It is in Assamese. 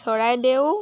চৰাইদেউ